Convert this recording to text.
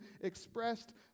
expressed